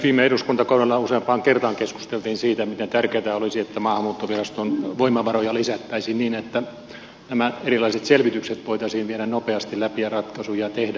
viime eduskuntakaudella useampaan kertaan keskusteltiin siitä miten tärkeätä olisi että maahanmuuttoviraston voimavaroja lisättäisiin niin että nämä erilaiset selvitykset voitaisiin viedä nopeasti läpi ja ratkaisuja tehdä